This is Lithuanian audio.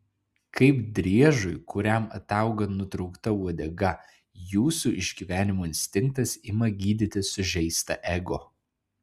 kaip driežui kuriam atauga nutraukta uodega jūsų išgyvenimo instinktas ima gydyti sužeistą ego